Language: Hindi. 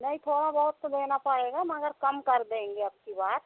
नहीं थोड़ा बहुत तो देना पड़ेगा मगर कम कर देंगे अबकी बार